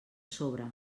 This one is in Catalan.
sobre